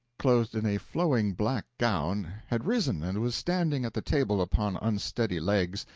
clothed in a flowing black gown, had risen and was standing at the table upon unsteady legs,